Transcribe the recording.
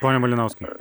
pone malinauskai